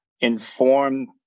inform